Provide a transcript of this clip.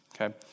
okay